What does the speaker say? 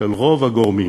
של רוב הגורמים